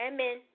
Amen